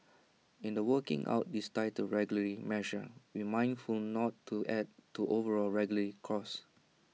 in the working out these tighter regulatory measures we're mindful not to add to overall regulatory costs